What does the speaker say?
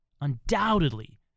undoubtedly